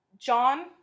John